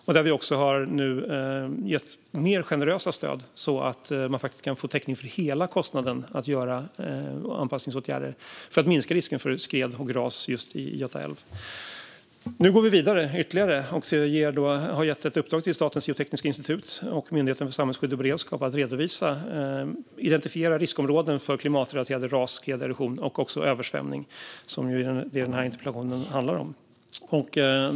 Vi har nu också gett mer generösa stöd så att man kan få täckning för hela kostnaden att göra anpassningsåtgärder för att minska risken för skred och ras i Göta älv. Nu går vi vidare ytterligare. Vi har gett ett uppdrag till Statens geotekniska institut och Myndigheten för samhällsskydd och beredskap att identifiera riskområden för klimatrelaterade ras, skred, erosioner och också översvämningar, som är det interpellationen handlar om.